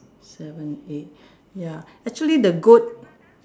seven eight ya actually the goat